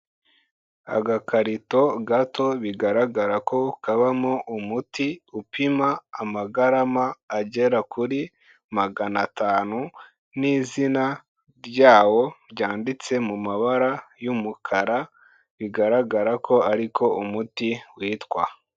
Agakarito gato bigaragara ko kabamo umuti upima amagarama agera kuri magana atanu n'izina ryawo ryanditse mu mabara y'umukara bigaragara ko ariko umuti witwa.